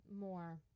more